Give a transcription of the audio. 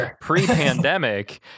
pre-pandemic